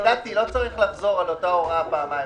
לא צריך לחזור על אותה הוראה פעמיים.